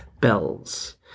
bells